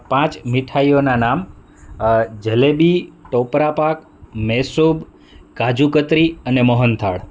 પાંચ મીઠાઈઓના નામ જલેબી ટોપરાપાક મેસુબ કાજુકતરી અને મોહનથાળ